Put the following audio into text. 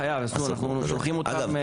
חייבים, שולחים אותם.